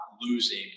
losing